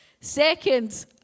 Second